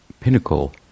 pinnacle